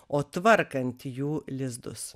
o tvarkant jų lizdus